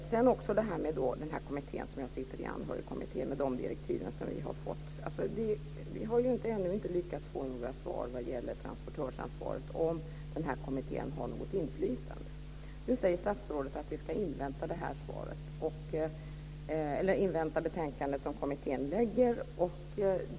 Sedan gäller det frågan om den kommitté jag sitter i - Anhörigkommittén - och de direktiv som vi har fått. Vi har ännu inte lyckats få några svar vad beträffar transportörsansvaret när det gäller om denna kommitté har något inflytande. Nu säger statsrådet att vi ska invänta betänkandet som kommittén lägger fram.